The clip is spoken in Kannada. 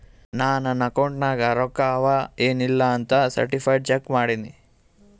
ನಾ ನನ್ ಅಕೌಂಟ್ ನಾಗ್ ರೊಕ್ಕಾ ಅವಾ ಎನ್ ಇಲ್ಲ ಅಂತ ಸರ್ಟಿಫೈಡ್ ಚೆಕ್ ಮಾಡಿನಿ